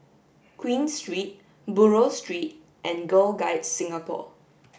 Queen Street Buroh Street and Girl Guides Singapore